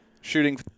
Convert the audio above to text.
shooting